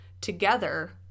together